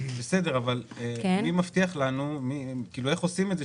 לשפר בסדר, אבל מי מבטיח לנו, איך עושים את זה?